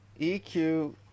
EQ